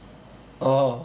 orh